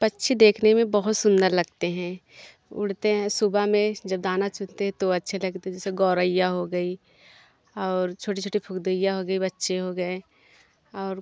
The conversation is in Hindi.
पक्षी देखने में बहुत सुंदर लगते हैं उड़ते हैं सुबह में जब दाना चुनते हैं तो अच्छे लगते जैसे गौरैया हो गई और छोटी छोटी फुदैया हो गई बच्चे हो गए और